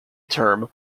term